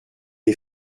les